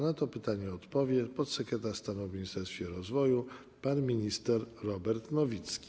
Na to pytanie odpowie podsekretarz stanu w Ministerstwie Rozwoju pan minister Robert Nowicki.